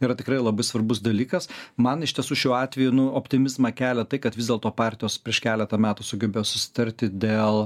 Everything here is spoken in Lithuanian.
yra tikrai labai svarbus dalykas man iš tiesų šiuo atveju nu optimizmą kelia tai kad vis dėlto partijos prieš keletą metų sugebėjo susitarti dėl